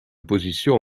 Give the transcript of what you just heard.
position